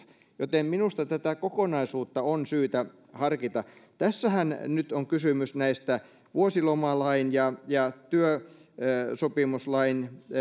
joten minusta tätä kokonaisuutta on syytä harkita tässähän nyt on kysymys näistä vuosilomalain ja ja työsopimuslain